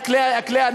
את כלי הנשימה,